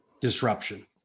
disruption